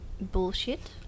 bullshit